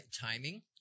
Timing